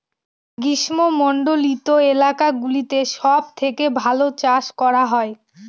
গ্রীষ্মমন্ডলীত এলাকা গুলোতে সব থেকে ভালো চাষ করা হয়